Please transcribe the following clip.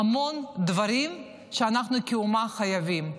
המון דברים שאנחנו כאומה חייבים.